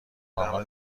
آنها